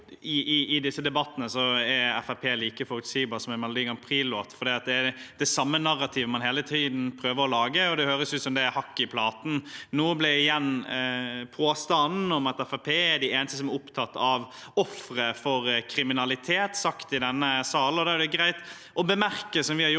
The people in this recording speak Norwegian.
i disse debattene er Fremskrittspartiet like forutsigbart som en Melodi Grand Prix-låt, for det er det samme narrativet man hele tiden prøver å lage, og det høres ut som det er hakk i platen. Nå ble igjen påstanden om at Fremskrittspartiet er de eneste som er opptatt av ofre for kriminalitet, hevdet i denne salen. Da er det greit å bemerke, som vi har gjort